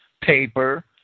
paper